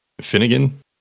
Finnegan